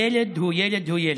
ילד הוא ילד הוא ילד.